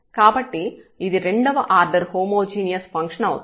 కాబట్టి ఇది రెండవ ఆర్డర్ హోమోజీనియస్ ఫంక్షన్ అవుతుంది